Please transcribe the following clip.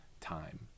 time